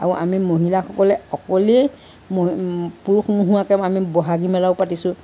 আৰু আমি মহিলাসকলে অকলেই মহ পুৰুষ নোহোৱাকৈ আমি ব'হাগী মেলাও পাতিছোঁ